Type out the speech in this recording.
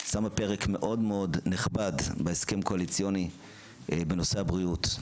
שמה פרק מאוד מאוד נכבד בהסכם הקואליציוני בנושא הבריאות,